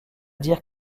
dire